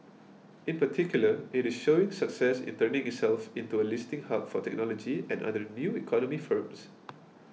in particular it is showing success in turning itself into a listing hub for technology and other new economy firms